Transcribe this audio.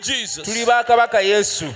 Jesus